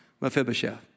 Mephibosheth